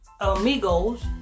Amigos